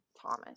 Thomas